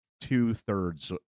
two-thirds